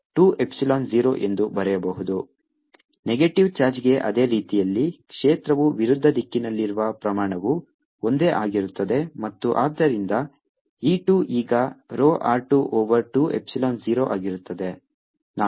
2πr1lr12l0ρ ∴E1r120 negative ಚಾರ್ಜ್ಗೆ ಅದೇ ರೀತಿಯಲ್ಲಿ ಕ್ಷೇತ್ರವು ವಿರುದ್ಧ ದಿಕ್ಕಿನಲ್ಲಿರುವ ಪ್ರಮಾಣವು ಒಂದೇ ಆಗಿರುತ್ತದೆ ಮತ್ತು ಆದ್ದರಿಂದ E 2 ಈಗ rho r 2 ಓವರ್ 2 ಎಪ್ಸಿಲಾನ್ 0 ಆಗಿರುತ್ತದೆ